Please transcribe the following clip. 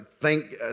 thank